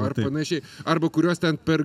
ar panašiai arba kuriuos ten per